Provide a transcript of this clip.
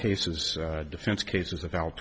cases defense cases of al